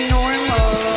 normal